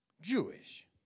Jewish